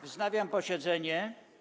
Wznawiam posiedzenie.